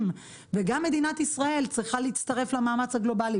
וגם מדינת ישראל צריכה להצטרף למאמץ הגלובלי,